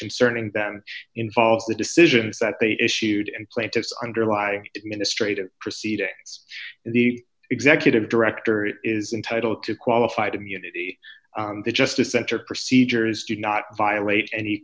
concerning them involves the decisions that they issued and plaintiff's underlying administrative proceedings the executive director is entitled to qualified immunity the justice center procedures did not violate any